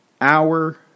hour